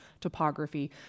topography